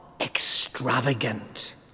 extravagant